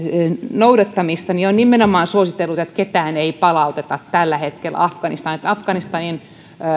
noudattamista on nimenomaan suositellut että ketään ei palauteta tällä hetkellä afganistaniin että afganistanin